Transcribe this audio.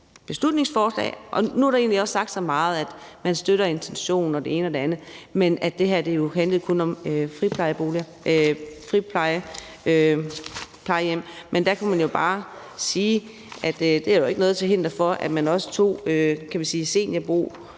beslutningsforslag. Nu er der egentlig også sagt så meget om, at man støtter intentionen, og det ene og det andet, men at det her kun handlede om friplejehjem. Men der kunne man jo bare sige, at der ikke er noget til hinder for, at man også tog seniorboliger,